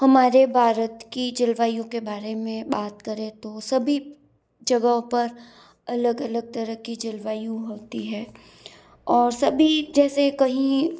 हमारे भारत की जलवायु के बारे में बात करें तो सभी जगहों पर अलग अलग तरह की जलवायु होती है और सभी जैसे कहीं